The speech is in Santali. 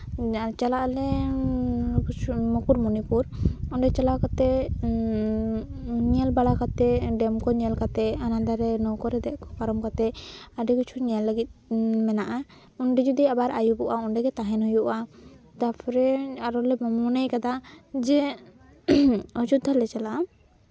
ᱪᱟᱞᱟᱜ ᱟᱞᱮ ᱢᱩᱠᱩᱴᱢᱚᱱᱤᱯᱩᱨ ᱚᱸᱰᱮ ᱪᱟᱞᱟᱣ ᱠᱟᱛᱮᱜ ᱧᱮᱞ ᱵᱟᱲᱟ ᱠᱟᱛᱮᱜ ᱰᱮᱢ ᱠᱚ ᱧᱮᱞ ᱠᱟᱛᱮᱜ ᱦᱟᱱᱟ ᱫᱷᱟᱨᱮ ᱱᱟᱹᱣᱠᱟᱹ ᱨᱮ ᱫᱮᱡ ᱯᱟᱨᱚᱢ ᱠᱟᱛᱮᱜ ᱟᱹᱰᱤ ᱠᱩᱪᱷᱩ ᱧᱮᱞ ᱞᱟᱹᱜᱤᱫ ᱢᱮᱱᱟᱜᱼᱟ ᱱᱚᱸᱰᱮ ᱡᱩᱫᱤ ᱟᱵᱟᱨ ᱟᱹᱭᱩᱵᱚᱜᱼᱟ ᱱᱚᱰᱮ ᱜᱮ ᱛᱟᱦᱮᱱ ᱦᱩᱭᱩᱜᱼᱟ ᱛᱟᱨᱯᱚᱨᱮ ᱟᱨᱚ ᱞᱮ ᱢᱚᱱᱮ ᱠᱟᱫᱟ ᱡᱮ ᱚᱡᱳᱫᱽᱫᱷᱟ ᱞᱮ ᱪᱞᱟᱜᱼᱟ